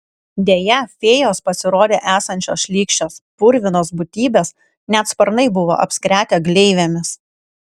deja fėjos pasirodė esančios šlykščios purvinos būtybės net sparnai buvo apskretę gleivėmis